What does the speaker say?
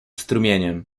strumieniem